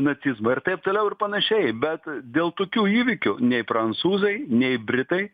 nacizmą ir taip toliau ir panašiai bet dėl tokių įvykių nei prancūzai nei britai